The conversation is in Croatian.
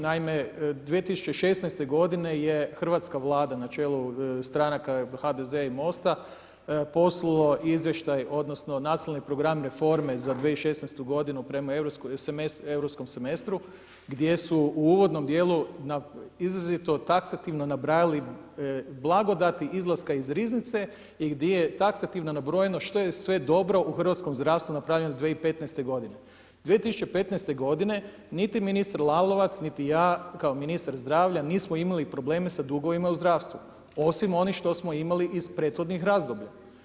Naime, 2016. godine je hrvatska Vlada na čelu stranaka HDZ-e i Mosta poslala izvještaj odnosno Nacionalni program reforme za 2016. godini prema europskom semestru gdje su u uvodnom dijelu izrazito taksativno nabrajali blagodati izlaska iz riznice i gdje je taksativno nabrojeno što je sve dobro u hrvatskom zdravstvu napravljeno 2015. 2015. godine niti ministar Lalovac, niti ja kao ministar zdravlja nismo imali probleme sa dugovima u zdravstvu, osim onih što smo imali iz prethodnih razdoblja.